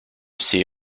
see